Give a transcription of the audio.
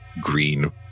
green